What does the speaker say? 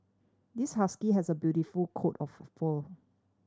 this husky has a beautiful coat of fur